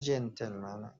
جنتلمنه